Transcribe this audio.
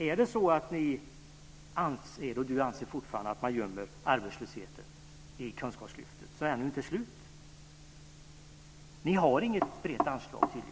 Är det så att ni fortfarande anser att man gömmer arbetslösheten i Kunskapslyftet? Ni har tydligen inget brett anslag.